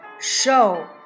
show